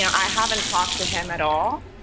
i haven't talked to him at all.